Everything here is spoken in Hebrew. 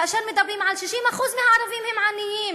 כאשר מדברים על 60% מהערבים שהם עניים,